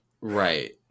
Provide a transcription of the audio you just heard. right